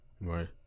Right